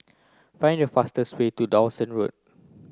find the fastest way to Dawson Road